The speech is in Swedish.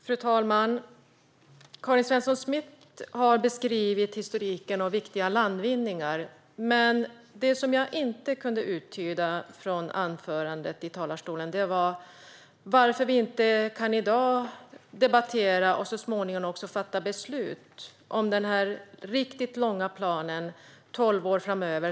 Fru talman! Karin Svensson Smith har beskrivit historiken och viktiga landvinningar. Men jag kunde inte uttyda ur anförandet varför vi inte i dag kan debattera och så småningom fatta beslut om den riktigt långa planen, för tolv år framöver.